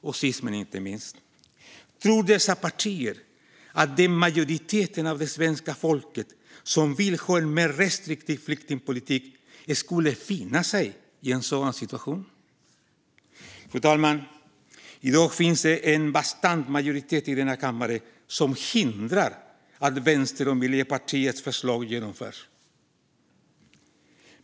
Och sist men inte minst - tror dessa partier att den majoritet av det svenska folket som vill ha en mer restriktiv flyktingpolitik skulle finna sig i en sådan situation? Fru talman! I dag finns det en bastant majoritet i denna kammare som hindrar att Vänsterpartiets och Miljöpartiets förslag genomförs.